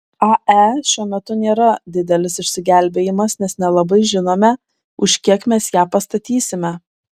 ae šiuo metu nėra didelis išsigelbėjimas nes nelabai žinome už kiek mes ją pastatysime